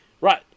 right